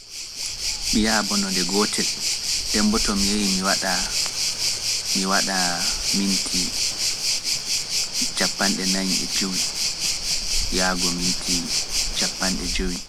Mi yaabono nde gootel(one), nden mbo to mi yahi mi waɗa minti capanɗe nayi e jowi(fourty five), yaago minti capanɗe jowi(fifty).